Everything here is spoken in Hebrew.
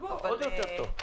יפה, אז בוא, עוד יותר טוב.